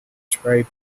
spray